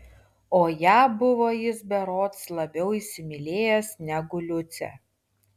o ją buvo jis berods labiau įsimylėjęs negu liucę